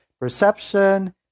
Perception